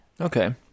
Okay